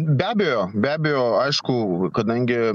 be abejo be abejo aišku kadangi